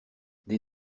des